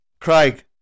Craig